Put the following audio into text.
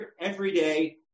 everyday